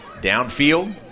Downfield